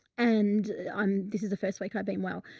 and i'm, this is the first week i've been well,